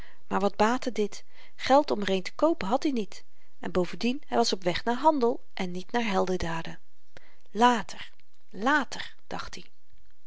maar wat baatte dit geld om er een te koopen had i niet en bovendien hy was op weg naar handel en niet naar heldendaden later later dacht i